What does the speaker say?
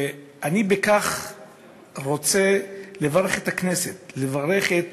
אני רוצה לברך את הכנסת, לברך את